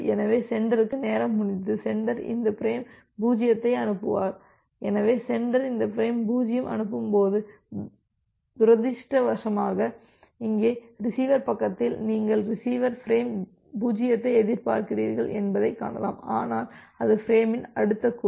எனவே சென்டருக்கு நேரம் முடிந்தது சென்டர் இந்த ஃபிரேம் 0 அனுப்புவார் எனவே சென்டர் இந்த ஃபிரேம் 0 அனுப்பும்போது துரதிர்ஷ்டவசமாக இங்கே ரிசீவர் பக்கத்தில் நீங்கள் ரிசீவர் பிரேம் 0ஐ எதிர்பார்க்கிறீர்கள் என்பதைக் காணலாம் ஆனால் அது ஃபிரேமின் அடுத்த குழு